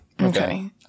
Okay